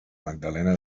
magdalena